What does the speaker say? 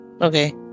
Okay